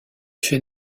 fait